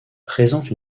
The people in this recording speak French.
présente